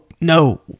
no